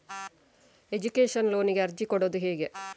Education ಲೋನಿಗೆ ಅರ್ಜಿ ಕೊಡೂದು ಹೇಗೆ?